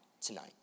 tonight